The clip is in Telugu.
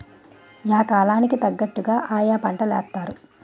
యా కాలం కి తగ్గట్టుగా ఆయా పంటలేత్తారు